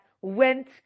went